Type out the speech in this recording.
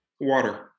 water